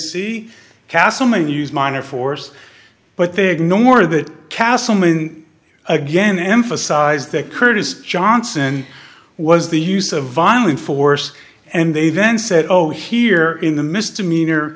see castleman use minor force but they ignore the castleman again emphasize that curt is johnson was the use of violent force and they then said oh here in the misdemeanor